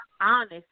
honest